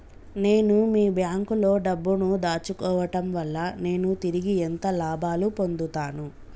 నేను మీ బ్యాంకులో డబ్బు ను దాచుకోవటం వల్ల నేను తిరిగి ఎంత లాభాలు పొందుతాను?